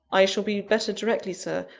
i shall be better directly, sir.